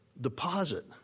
deposit